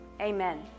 amen